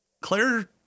Claire